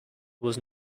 was